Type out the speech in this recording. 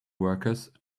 workers